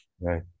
Right